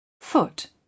foot